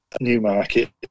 Newmarket